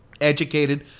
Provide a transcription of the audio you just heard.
educated